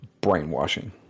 brainwashing